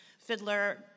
Fiddler